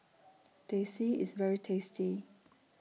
Teh C IS very tasty